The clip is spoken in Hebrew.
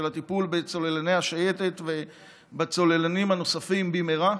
הטיפול בצוללני השייטת ובצוללנים הנוספים במהרה.